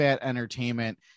entertainment